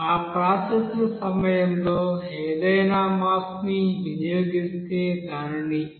ఆ ప్రాసెస్ ల సమయంలో ఏదైనా మాస్ ని వినియోగిస్తే మీరు దానిని mcons